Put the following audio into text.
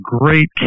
great